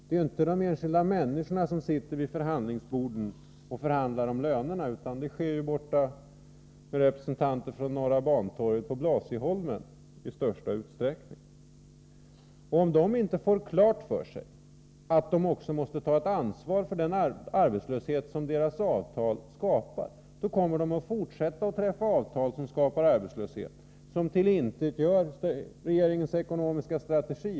Det är ju inte de enskilda människorna som sitter vid förhandlingsborden och förhandlar om lönerna, utan det görs i största utsträckning på Blasieholmen av representanter från Norra Bantorget. Om de inte får klart för sig att de också måste ta ett ansvar för den arbetslöshet som deras avtal skapar, kommer arbetsmarknadens parter att fortsätta att träffa avtal som skapar arbetslöshet och som tillintetgör regeringens ekonomiska strategi.